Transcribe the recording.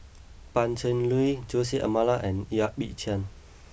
Pan Cheng Lui Jose Almeida and Yap Ee Chian